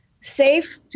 safe